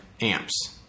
amps